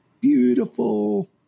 beautiful